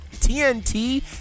TNT